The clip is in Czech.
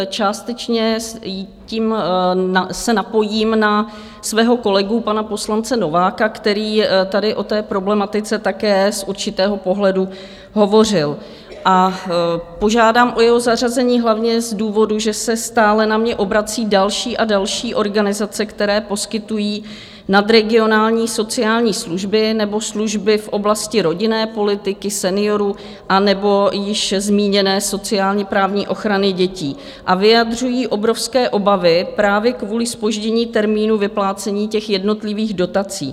Částečně se tím napojím na svého kolegu pana poslance Nováka, který tady o té problematice také z určitého pohledu hovořil, a požádám o jeho zařazení hlavně z důvodu, že se stále na mě obrací další a další organizace, které poskytují nadregionální sociální služby nebo služby v oblasti rodinné politiky seniorů anebo již zmíněné sociálněprávní ochrany dětí, a vyjadřují obrovské obavy právě kvůli zpoždění termínu vyplácení jednotlivých dotací.